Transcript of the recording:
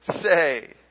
say